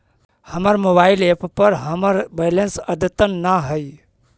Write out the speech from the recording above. हमर mobile app पर हमर बैलेंस अद्यतन ना हई